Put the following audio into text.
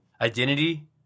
identity